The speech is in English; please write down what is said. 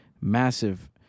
massive